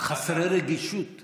היינו חסרי רגישות.